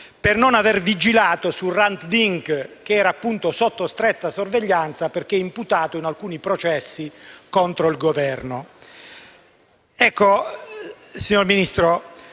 per non avere vigilato su Hrant Dink, che era appunto sotto stretta sorveglianza perché imputato in alcuni processi contro il Governo.